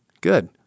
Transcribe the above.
good